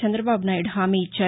చంద్రదబాబు నాయుడు హామీ ఇచ్చారు